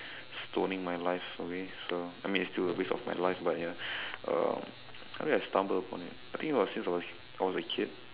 stoning my life away so I mean it's still a waste of my life but ya um how did I stumble upon it I think it was since I was a kid